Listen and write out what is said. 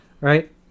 Right